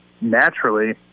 naturally